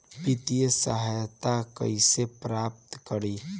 वित्तीय सहायता कइसे प्राप्त करी?